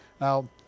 Now